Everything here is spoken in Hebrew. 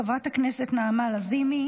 חברת הכנסת נעמה לזימי